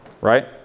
Right